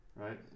right